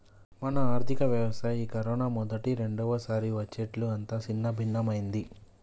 మన ఆర్థిక వ్యవస్థ ఈ కరోనా మొదటి రెండవసారి వచ్చేట్లు అంతా సిన్నభిన్నమైంది